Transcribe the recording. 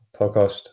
podcast